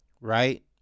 Right